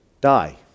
die